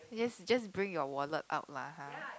just just bring your wallet out lah !huh!